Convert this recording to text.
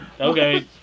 Okay